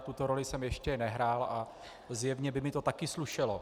Tuto roli jsem ještě nehrál a zjevně by mi to také slušelo.